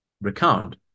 recount